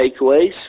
takeaways